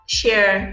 share